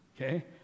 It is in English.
Okay